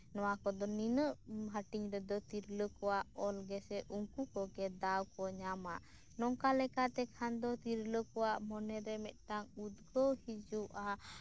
ᱱᱚᱶᱟ ᱠᱚᱫᱚ ᱱᱤᱱᱟᱹᱜ ᱦᱟᱹᱴᱤᱧ ᱨᱮᱫᱚ ᱛᱤᱨᱞᱟᱹ ᱠᱚᱣᱟᱜ ᱚᱞᱜᱮᱥᱮ ᱩᱱᱠᱩ ᱠᱚᱜᱮ ᱫᱟᱣᱠᱚ ᱧᱟᱢᱟ ᱱᱚᱝᱠᱟ ᱞᱮᱠᱟ ᱛᱮᱠᱷᱟᱱ ᱫᱚ ᱛᱤᱨᱞᱟᱹ ᱠᱚᱣᱟᱜ ᱢᱚᱱᱮᱨᱮ ᱢᱤᱫᱴᱟᱝ ᱩᱫᱜᱟᱹᱣ ᱦᱤᱡᱩᱜᱼᱟ